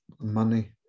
money